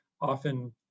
often